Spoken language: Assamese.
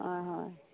হয় হয়